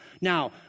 Now